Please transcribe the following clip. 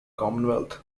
commonwealth